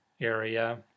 area